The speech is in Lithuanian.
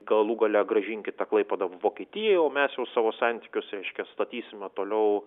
galų gale grąžinkit tą klaipėdą vokietijai o mes jau savo santykius reiškia statysime toliau